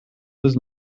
was